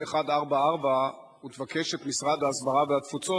144 ותבקש את משרד ההסברה והתפוצות,